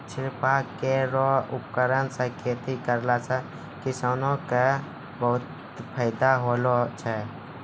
छिड़काव केरो उपकरण सँ खेती करला सें किसानो क बहुत फायदा होलो छै